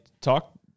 talk